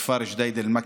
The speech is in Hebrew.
בכפר ג'דיידה-מכר.